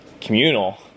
communal